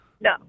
No